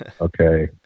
Okay